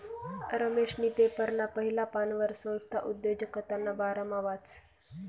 रमेशनी पेपरना पहिला पानवर संस्था उद्योजकताना बारामा वाचं